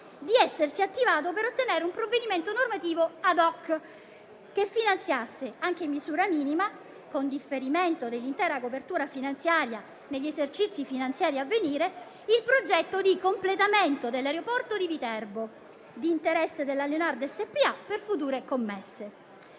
di essersi attivato per ottenere un provvedimento normativo *ad hoc* che finanziasse, anche in misura minima, con differimento dell'intera copertura finanziaria negli esercizi finanziari a venire, il progetto di completamento dell'aeroporto di Viterbo, di interesse della Leonardo spa, per future commesse.